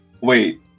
wait